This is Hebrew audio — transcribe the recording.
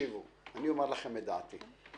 אני רוצה לומר לכם את דעתי.